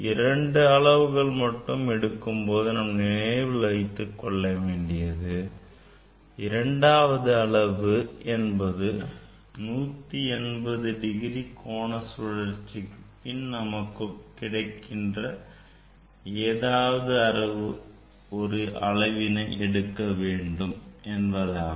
இரண்டு அளவுகள் மட்டும் எடுக்கும்போது நான் நினைவில் வைத்துக்கொள்ள வேண்டியது இரண்டாவது அளவு என்பது 180 டிகிரி கோண சுழற்சிக்கு பின் நமக்கு கிடைக்கின்ற ஏதாவது ஒரு அளவினை எடுக்க வேண்டும் என்பதாகும்